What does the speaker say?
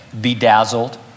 Bedazzled